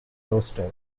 roster